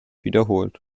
wiederholt